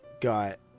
got